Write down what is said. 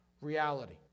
reality